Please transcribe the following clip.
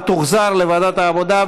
ותוחזר לוועדת העבודה,